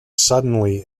suddenly